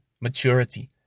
maturity